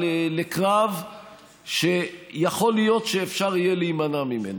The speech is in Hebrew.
לקרב שיכול להיות שאפשר יהיה להימנע ממנו.